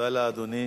תודה לאדוני.